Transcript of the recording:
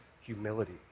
humility